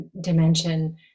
dimension